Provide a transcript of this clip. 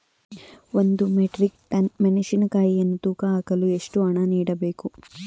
ಒಂದು metric ton ಮೆಣಸಿನಕಾಯಿಯನ್ನು ತೂಕ ಹಾಕಲು ಎಷ್ಟು ಹಣ ನೀಡಬೇಕು?